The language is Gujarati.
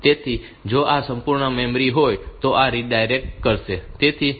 તેથી જો આ સંપૂર્ણ મેમરી હોય તો આ રીડાયરેક્ટ કરશે